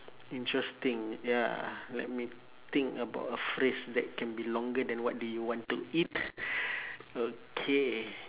interesting ya let me think about a phrase that can be longer than what do you want to eat okay